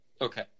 okay